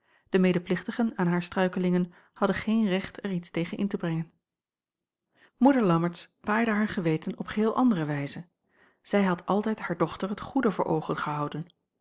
de medeplichtigen aan haar struikelingen hadden geen recht er iets tegen in te brengen moeder lammertsz paaide haar geweten op geheel andere wijze zij had altijd haar dochter het goede voor oogen gehouden